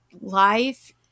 life